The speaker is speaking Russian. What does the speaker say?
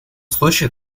случае